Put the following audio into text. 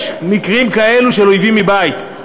יש מקרים כאלה של אויבים מבית,